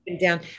down